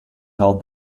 held